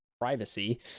privacy